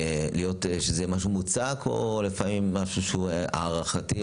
שזה יהיה משהו מוצק או לפעמים משהו שהוא הערכתי?